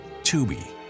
Tubi